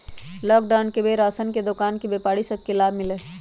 lockdown के बेर में राशन के दोकान के व्यापारि सभ के लाभ मिललइ ह